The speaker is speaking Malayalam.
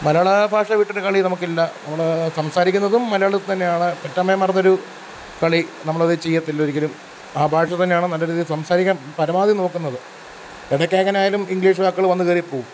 മലയാളഭാഷ വിട്ടിട്ട് കളി നമുക്കില്ല നമ്മൾ സംസാരിക്കുന്നതും മലയാളത്തിൽ തന്നെയാണ് പെറ്റമ്മയെ മറന്നൊരു കളി നമ്മളത് ചെയ്യത്തില്ല ഒരിക്കലും ആ ഭാഷ തന്നെയാണ് നല്ലരീതിയിൽ സംസാരിക്കാൻ പരമാവധി നോക്കുന്നത് ഇടയ്ക്കങ്ങനെ ആയാലും ഇംഗ്ലിഷ് വാക്കുകൾ വന്നു കയറി പോകും